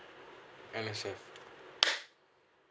M_S_F